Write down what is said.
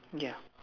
ya